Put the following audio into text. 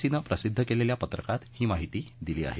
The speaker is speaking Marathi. सी नं प्रसिद्ध केलेल्या पत्रकात ही माहिती दिली आहे